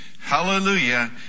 hallelujah